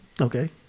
Okay